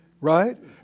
Right